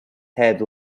head